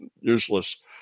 useless